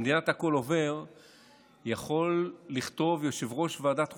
במדינת הכול עובר יכול לכתוב יושב-ראש ועדת החוקה,